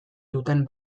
duten